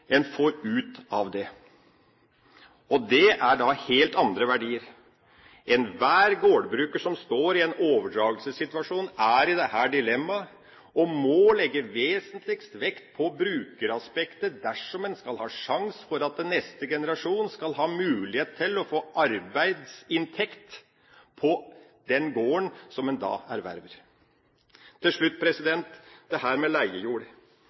står i en overdragelsessituasjon, er i dette dilemmaet og må legge vesentlig vekt på brukeraspektet dersom neste generasjon skal ha mulighet til å få arbeidsinntekt på den gården som de da erverver. Til slutt dette med leiejord: Bestandig i Norge tidligere, og bestandig framover, vil vi ha en stor andel leiejord. Det er en fornuftig sak at en i deler av livsfasene har leiejord.